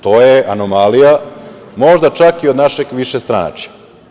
To je anomalija, možda čak i od našeg višestranačja.